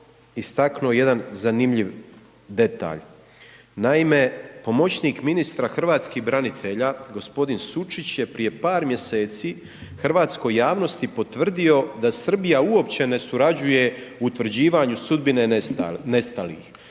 istaknuo jedan zanimljiv detalj. Naime, pomoćnik ministra hrvatskih branitelja gospodin Sučić je prije par hrvatskoj javnosti potvrdio da Srbija uopće ne surađuje u utvrđivanju sudbine nestalih